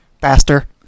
Faster